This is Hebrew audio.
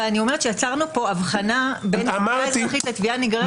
אבל יצרנו פה הבחנה בין תביעה אזרחית לתביעה נגררת